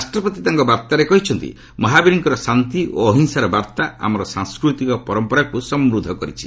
ରାଷ୍ଟ୍ରପତି ତାଙ୍କ ବାର୍ତ୍ତାରେ କହିଛନ୍ତି ମହାବୀରଙ୍କ ଶାନ୍ତି ଓ ଅହିଂସାର ବାର୍ତ୍ତା ଆମର ସାଂସ୍କୃତିକ ପରମ୍ପରାକୁ ସମୃଦ୍ଧ କରିଛି